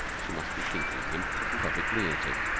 she must be thinking him a perfect lunatic.